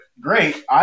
great